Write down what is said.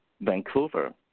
Vancouver